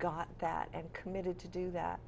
got that and committed to do that